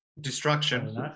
destruction